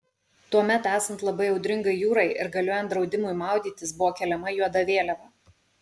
tuomet esant labai audringai jūrai ir galiojant draudimui maudytis buvo keliama juoda vėliava